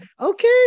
Okay